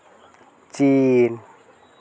China